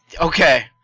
Okay